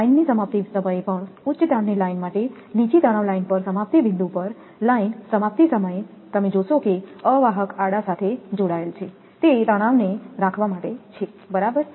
લાઇનની સમાપ્તિ સમયે પણ ઉચ્ચતાણની લાઇન માટે નીચી તણાવ લાઇન પણ સમાપ્તિ બિંદુ પર લાઇન સમાપ્તિ સમયે તમે જોશો કે અવાહક આડા સાથે જોડાયેલા છે તે તણાવને રાખવા માટે છે બરાબર